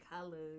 colors